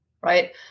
Right